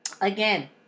again